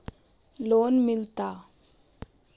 Loan मिलता?